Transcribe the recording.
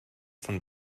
von